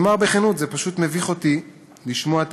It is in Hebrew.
אני אומר בכנות: זה פשוט מביך אותי לשמוע את